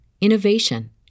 innovation